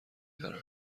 دارند